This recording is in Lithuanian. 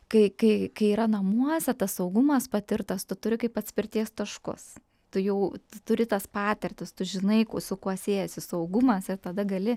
kai kai kai yra namuose tas saugumas patirtas tu turi kaip atspirties taškus tu jau turi tas patirtis tu žinai su kuo siejasi saugumas ir tada gali